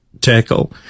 tackle